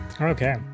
Okay